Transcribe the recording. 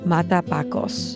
Matapacos